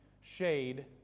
shade